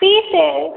fees